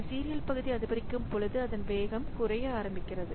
இந்த சீரியல் பகுதி அதிகரிக்கும் பொழுது அதன் வேகம் குறைய ஆரம்பிக்கிறது